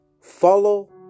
follow